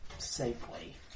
Safely